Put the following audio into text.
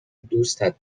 دوستت